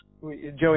Joey